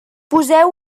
poseu